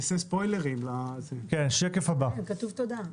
כתוב "תודה".